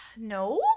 No